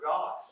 God